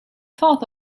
thought